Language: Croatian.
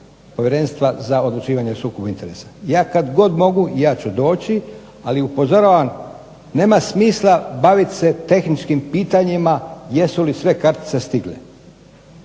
Povjerenstva za odlučivanje o sukobu interesa. Ja kad god mogu ja ću doći, ali upozoravam nema smisla baviti se tehničkim pitanjima jesu li sve kartice stigle.